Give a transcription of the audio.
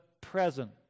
present